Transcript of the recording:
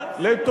על הציונות.